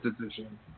decision